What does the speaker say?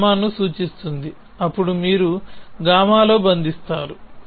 β🡪γ సూచిస్తుంది అప్పుడు మీరు γ లో బంధిస్తారు